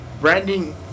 branding